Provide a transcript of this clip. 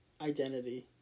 identity